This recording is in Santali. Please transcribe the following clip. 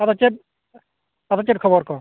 ᱟᱫᱚ ᱪᱮᱫ ᱟᱫᱚ ᱪᱮᱫ ᱠᱷᱚᱵᱚᱨ ᱠᱚ